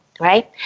right